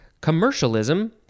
commercialism